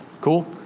Cool